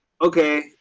Okay